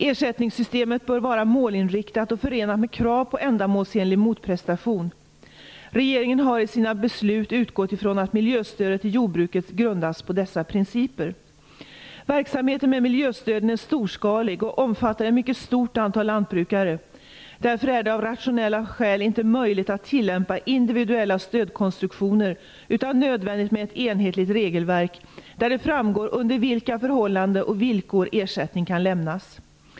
Ersättningssystemet bör vara målinriktat och förenat med krav på ändamålsenlig motprestation. Regeringen har i sina beslut utgått från att miljöstödet till jordbruket grundas på dessa principer. Verksamheten med miljöstöden är storskalig och omfattar ett mycket stort antal lantbrukare. Därför är det av rationella skäl inte möjligt att tillämpa individuella stödkonstruktioner, utan det är nödvändigt med ett enhälligt regelverk, där det framgår under vilka förhållanden och villkor ersättning kan lämnas.